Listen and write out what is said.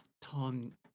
Tom